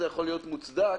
זה מה שאתם עושים,